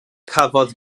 cafodd